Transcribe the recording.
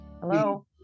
Hello